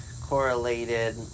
correlated